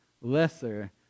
lesser